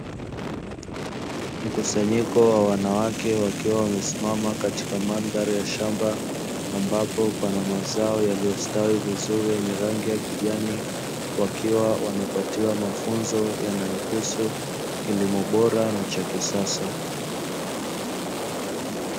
Mkusanyiko wa wanawake wakiwa wamesimama katika mandhari ya shamba ambapo pana mazao yaliyostawi vizuri yenye rangi ya kijani wakiwa wanapatiwa mafunzo yanayohusu kilimo bora na cha kisasa.